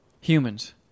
humans